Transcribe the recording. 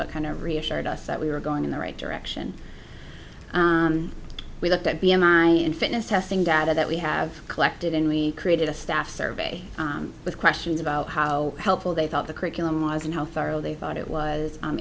but kind of reassured us that we were going in the right direction we looked at b m i and fitness testing data that we have collected and we created a staff survey with questions about how helpful they thought the curriculum was and how thorough they thought it was